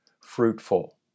fruitful